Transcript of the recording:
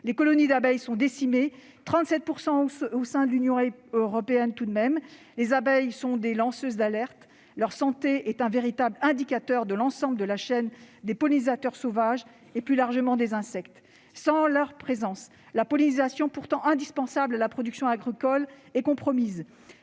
les colonies d'abeilles sont décimées- 37 % au sein de l'Union européenne, tout de même. Or les abeilles sont des lanceuses d'alerte, leur santé est un véritable indicateur de l'ensemble de la chaîne des pollinisateurs sauvages et, plus largement, des insectes. Sans leur présence, la pollinisation, pourtant indispensable à la production agricole, serait compromise.